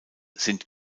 sind